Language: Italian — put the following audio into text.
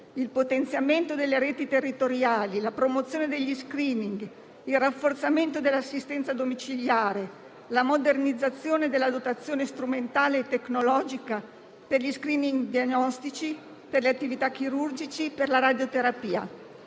il potenziamento delle reti territoriali, la promozione degli *screening*, il rafforzamento dell'assistenza domiciliare, la modernizzazione della dotazione strumentale e tecnologica per gli *screening* diagnostici, per le attività chirurgiche, per la radioterapia;